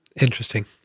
Interesting